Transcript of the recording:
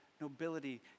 nobility